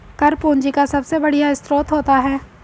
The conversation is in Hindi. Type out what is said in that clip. कर पूंजी का सबसे बढ़िया स्रोत होता है